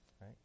right